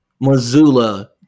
Missoula